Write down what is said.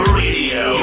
radio